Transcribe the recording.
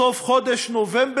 חברים,